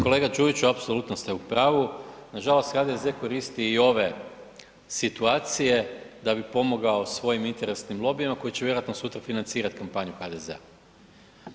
Kolega Đujiću, apsolutno ste u pravu, nažalost HDZ koristi i ove situacije da bi pomogao svojim interesnim lobijima koji će vjerojatno sutra financirat kampanju HDZ-a.